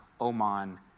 Oman